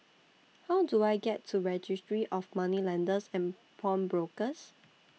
How Do I get to Registry of Moneylenders and Pawnbrokers